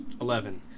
Eleven